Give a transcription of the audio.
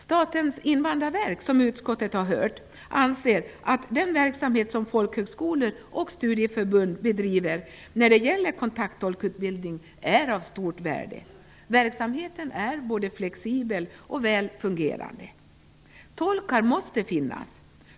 Statens invandrarverk, som utskottet har hört, anser att den verksamhet som folkhögskolor och studieförbund bedriver när det gäller kontakttolkutbildningen är av stort värde. Verksamheten är flexibel och väl fungerande. Tolkar måste finnas.